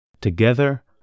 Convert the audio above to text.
together